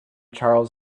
charles